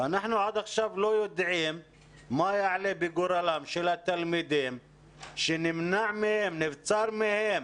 ועד עכשיו אנחנו לא יודעים מה יעלה בגורלם של התלמידים שנבצר מהם